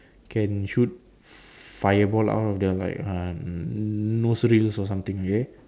can shoot fireball out of their like uh nostrils or something okay